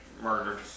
murdered